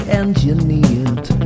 engineered